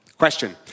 Question